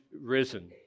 risen